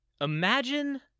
imagine